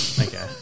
Okay